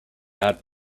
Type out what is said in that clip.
had